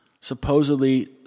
Supposedly